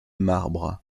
marbre